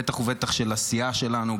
בטח ובטח של הסיעה שלנו.